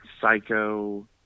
psycho